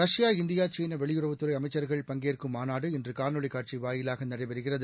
Russia India சீனா வெளியுறவுத்துறை அமைச்சர்கள் பங்கேற்கும் மாநாடு இன்று காணொலிக் காட்சி வாயிலாக நடைபெறுகிறது